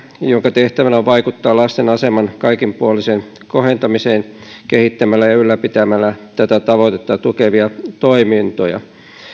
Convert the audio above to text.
jonka tehtävänä on vaikuttaa lasten aseman kaikenpuoliseen kohentamiseen kehittämällä ja ylläpitämällä tätä tavoitetta tukevia toimintoja